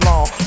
long